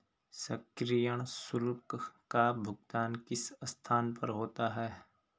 सक्रियण शुल्क का भुगतान किस स्थान पर होता है?